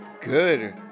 good